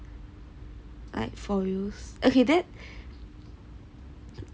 like for reals okay then